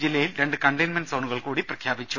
ജില്ലയിൽ രണ്ട് containment zone കൂടി പ്രഖ്യാപിച്ചു